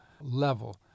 level